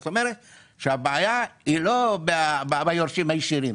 זאת אומרת, הבעיה היא לא ביורשים הישירים.